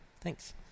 Thanks